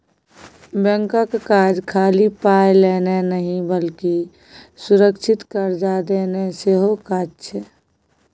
बैंकक काज खाली पाय लेनाय नहि बल्कि सुरक्षित कर्जा देनाय सेहो छै